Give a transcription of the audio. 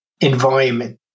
environment